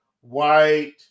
White